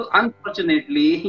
unfortunately